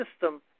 system